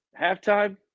Halftime